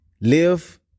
live